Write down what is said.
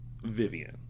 Vivian